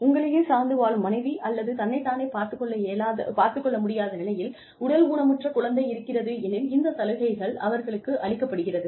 உங்களையே சார்ந்து வாழும் மனைவி அல்லது தன்னை தானே பார்த்துக் கொள்ள முடியாத நிலையில் உடல் ஊனமுற்ற குழந்தை இருக்கிறதெனில் இந்த சலுகைகள் அவர்களுக்கு அளிக்கப்படுகிறது